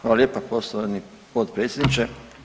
Hvala lijepa poštovani potpredsjedniče.